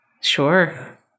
Sure